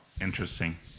interesting